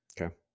Okay